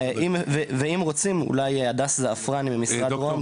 ואם רוצים אולי הדס זעפרני ממשרד רוה"מ,